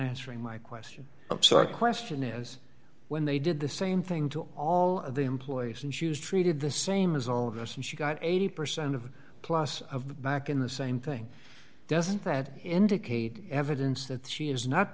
answering my question so our question is when they did the same thing to all the employees and used treated the same as all of us and she got eighty percent of class of back in the same thing doesn't that indicate evidence that she is not